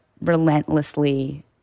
relentlessly